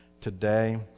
today